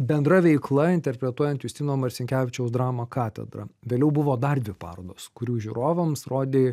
bendra veikla interpretuojant justino marcinkevičiaus dramą katedra vėliau buvo dar dvi parodos kurių žiūrovams rodei